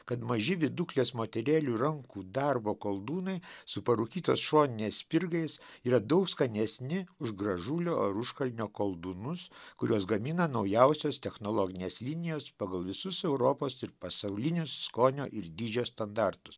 kad maži viduklės moterėlių rankų darbo koldūnai su parūkytos šoninės spirgais yra daug skanesni už gražulio ar užkalnio koldūnus kuriuos gamina naujausios technologinės linijos pagal visus europos ir pasaulinius skonio ir dydžio standartus